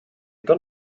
kan